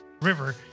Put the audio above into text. River